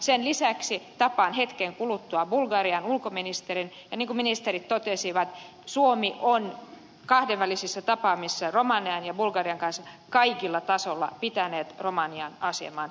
sen lisäksi tapaan hetken kuluttua bulgarian ulkoministerin ja niin kuin ministerit totesivat suomi on kahdenvälisissä tapaamisissa romanian ja bulgarian kanssa kaikilla tasoilla pitänyt romanien aseman esillä